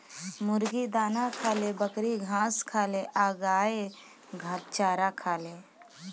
मुर्गी दाना खाले, बकरी घास खाले आ गाय चारा खाले